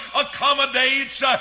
accommodates